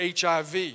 HIV